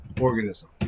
organism